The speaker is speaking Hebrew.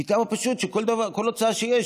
מהטעם הפשוט שכל הוצאה שיש,